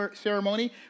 ceremony